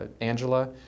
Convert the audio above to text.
Angela